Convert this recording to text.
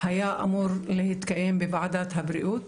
היה אמור להתקיים בוועדת הבריאות,